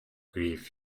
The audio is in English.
grief